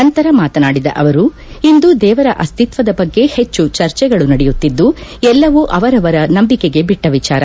ನಂತರ ಮಾತನಾಡಿದ ಅವರು ಇಂದು ದೇವರ ಅಸ್ತಿತ್ವದ ಬಗ್ಗೆ ಹೆಚ್ಚು ಚರ್ಚೆಗಳು ನಡೆಯುತ್ತಿದ್ದು ಎಲ್ಲವೂ ಅವರವರ ನಂಬಿಕೆಗೆ ಬಿಟ್ಟ ವಿಚಾರ